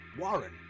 Warren